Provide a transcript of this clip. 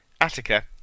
Attica